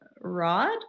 Rod